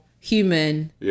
human